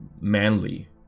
manly